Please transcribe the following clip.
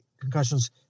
concussions